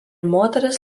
moterys